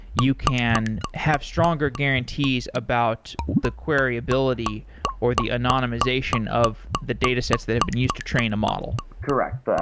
you can have stronger guarantees about the query ability or the anonymization of the datasets that have been used to train a model. correct. um